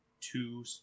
two